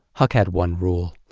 huck had one rule.